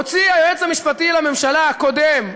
הוציא היועץ המשפטי לממשלה הקודם,